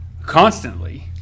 constantly